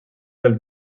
del